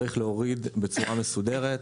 צריך להוריד, בצורה מסודרת,